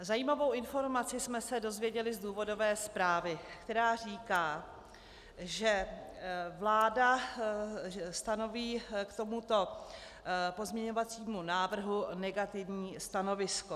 Zajímavou informaci jsme se dozvěděli z důvodové zprávy, která říká, že vláda stanoví k tomuto pozměňovacímu návrhu negativní stanovisko.